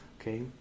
okay